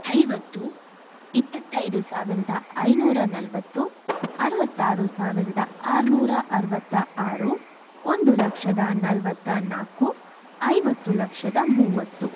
ಐವತ್ತು ಇಪ್ಪತ್ತೈದು ಸಾವಿರದ ಐನೂರ ನಲವತ್ತು ಅರವತ್ತಾರು ಸಾವಿರದ ಆರ್ನೂರ ಅರವತ್ತ ಆರು ಒಂದು ಲಕ್ಷದ ನಲವತ್ತ ನಾಲ್ಕು ಐವತ್ತು ಲಕ್ಷದ ಮೂವತ್ತು